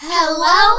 Hello